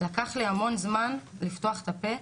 לקח לי המון זמן לפתוח את הפה,